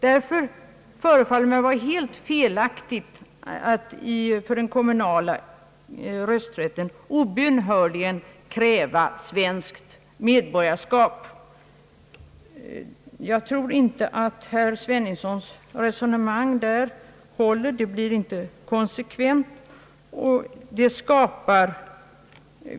Därför förefaller det mig vara felaktigt att för kommunal rösträtt obönhörligen kräva svenskt medborgarskap. Jag tror inte att herr Sveningssons resonemang därvidlag håller. Det blir inte konsekvent.